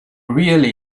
really